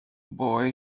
boy